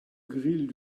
gris